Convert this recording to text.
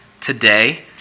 today